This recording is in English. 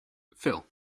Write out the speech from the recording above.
phil